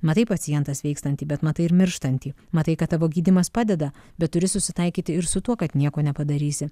matai pacientą sveikstantį bet matai ir mirštantį matai kad tavo gydymas padeda bet turi susitaikyti ir su tuo kad nieko nepadarysi